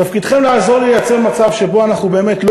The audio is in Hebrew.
תפקידכם לעזור לי לייצר מצב שבו אנחנו באמת לא